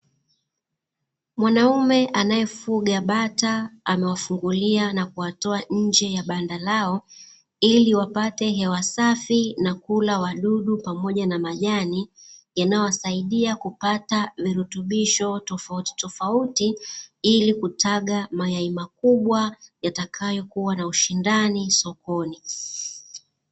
Mwanaume anayefuga bata, amewafungulia na kuwatoa nje ya banda lao ili wapate hewa wasafi na kula wadudu pamoja na majani, yanayowasaidia kupata virutubisho tofauti tofauti ili kutaga mayai makubwa yatakayokuwa na ushindani sokoni.